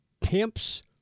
pimps